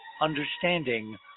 understanding